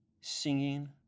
singing